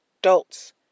adults